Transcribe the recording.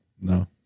No